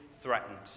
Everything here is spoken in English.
threatened